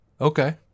okay